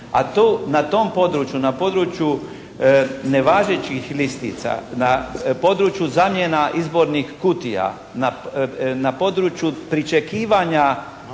o tome. Na tom području, na području nevažećih listića, na području zamjena izbornih kutija, na području pričekivanja